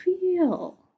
feel